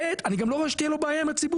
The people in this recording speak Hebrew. ב' אני גם לא אומר שתהיה לו בעיה עם הציבור,